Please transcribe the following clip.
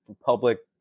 public